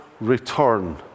return